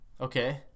Okay